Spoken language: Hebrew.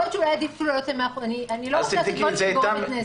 יכול להיות שאולי עדיף אני לא רוצה משהו שגורם נזק.